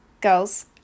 Girls